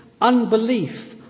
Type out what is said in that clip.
Unbelief